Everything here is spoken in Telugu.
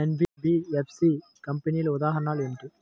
ఎన్.బీ.ఎఫ్.సి కంపెనీల ఉదాహరణ ఏమిటి?